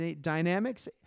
dynamics